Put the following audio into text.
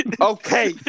Okay